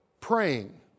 praying